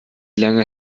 lange